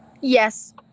Yes